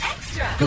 Extra